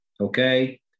Okay